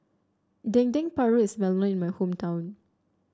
Dendeng Paru is well known in my hometown